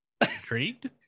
Intrigued